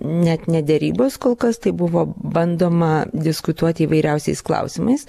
net ne derybos kol kas tai buvo bandoma diskutuoti įvairiausiais klausimais